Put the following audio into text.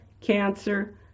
Cancer